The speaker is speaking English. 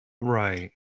Right